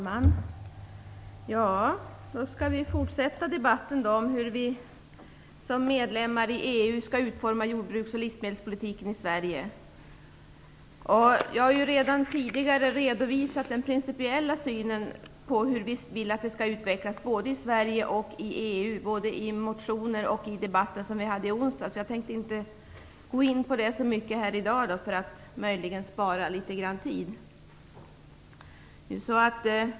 Fru talman! Nu skall vi då fortsätta debatten om hur vi som medlemmar i EU skall utforma jordbruksoch livsmedelspolitiken i Sverige. Jag har redan tidigare, både i motioner och i debatten i onsdags, redovisat vår principiella syn på hur vi vill att det skall utvecklas i Sverige och EU. Jag tänkte inte gå in på det så mycket i dag, så att vi kanske sparar litet tid.